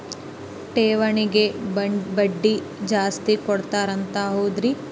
ಠೇವಣಿಗ ಬಡ್ಡಿ ಜಾಸ್ತಿ ಕೊಡ್ತಾರಂತ ಹೌದ್ರಿ?